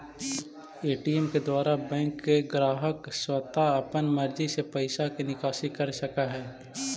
ATM के द्वारा bank के ग्राहक स्वता अपन मर्जी से पैइसा के निकासी कर सकऽ हइ